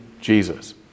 Jesus